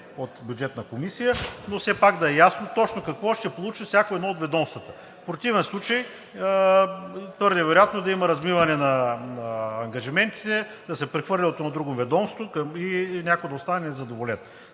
от Бюджетната комисия, но все пак нека да е ясно какво точно ще получи всяко едно от ведомствата. В противен случай е твърде вероятно да има размиване на ангажиментите, да се прехвърлят от едно на друго ведомство и някой да остане незадоволен.